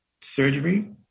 surgery